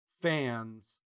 fans